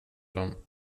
dem